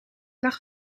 lag